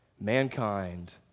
mankind